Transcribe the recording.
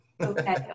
Okay